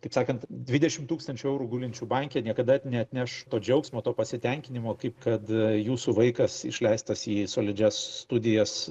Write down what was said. taip sakant dvidešim tūkstančių eurų gulinčių banke niekada neatneš to džiaugsmo to pasitenkinimo kaip kad jūsų vaikas išleistas į solidžias studijas